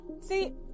See